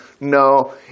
No